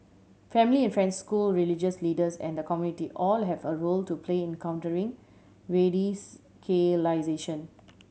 family school religious leaders and the community all have a role to play in countering